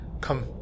come